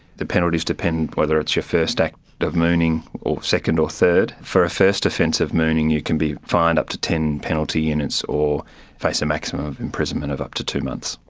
the penalties depend whether it's your first act of mooning or second or third. for a first offence of mooning you can be fined up to ten penalty units or face a maximum imprisonment of up to two months.